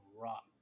rock